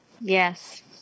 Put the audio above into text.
Yes